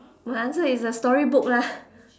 my answer is a storybook lah